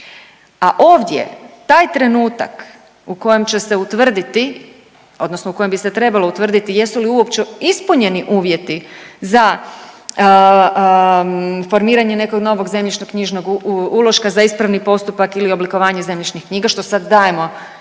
A ovdje taj trenutak u kojem će se utvrditi odnosno u kojem bi se trebalo utvrditi jesu li uopće ispunjeni uvjeti za formiranje nekog novog zemljišno-knjižnog uloška za ispravni postupak ili oblikovanje zemljišnih knjiga što sad dajemo